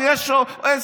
אם יש סיכוי